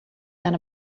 than